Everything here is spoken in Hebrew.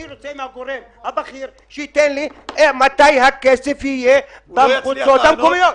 אני רוצה מהגורם הבכיר שיענה לי מתי הכסף יהיה ברשויות המקומיות.